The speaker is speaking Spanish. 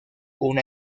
una